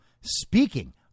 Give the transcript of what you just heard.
speaking